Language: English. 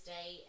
Day